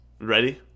Ready